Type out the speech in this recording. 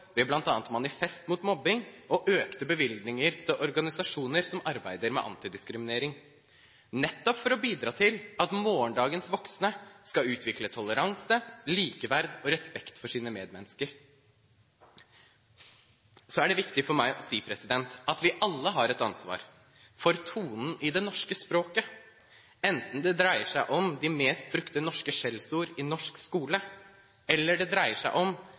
manifest mot mobbing og økte bevilgninger til organisasjoner som arbeider med antidiskriminering, nettopp for å bidra til at morgendagens voksne skal utvikle toleranse, likeverd og respekt for sine medmennesker. Så er det viktig for meg å si at vi alle har et ansvar for tonen i det norske språket, enten det dreier seg om de mest brukte norske skjellsordene i norsk skole, eller det dreier seg om